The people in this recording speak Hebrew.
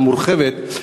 המורחבת,